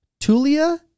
Tulia